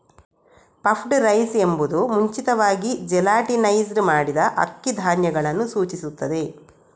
puffed rice ಎಂಬುದು ಮುಂಚಿತವಾಗಿ gelatinised ಮಾಡಿದ ಅಕ್ಕಿ ಧಾನ್ಯಗಳನ್ನು ಸೂಚಿಸುತ್ತದೆ